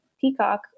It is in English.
Peacock